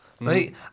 right